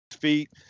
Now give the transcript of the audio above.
feet